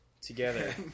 together